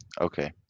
Okay